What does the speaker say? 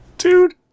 Dude